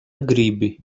gribi